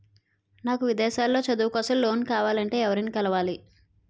నాకు విదేశాలలో చదువు కోసం లోన్ కావాలంటే ఎవరిని కలవాలి?